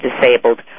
disabled